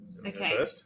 Okay